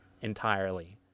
entirely